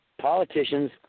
politicians